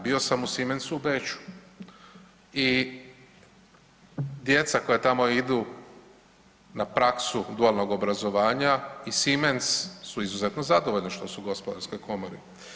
Bio sam u Siemensu u Beču i djeca koja tamo idu na praksu dualnog obrazovanja i Siemens su izuzetno zadovoljni što su u gospodarskoj komori.